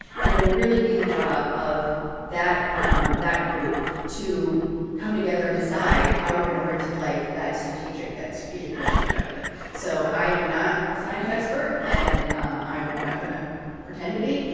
and it will be the job of that that group to come together and decide how we are going to bring to life that strategingic that strategingic mission objective. so i'm not a science expert and i'm not going to pretend to be.